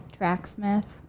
Tracksmith